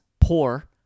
poor